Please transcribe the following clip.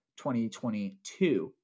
2022